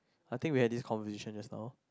I think we have this conversation just now